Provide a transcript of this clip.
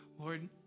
Lord